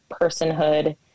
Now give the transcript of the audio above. personhood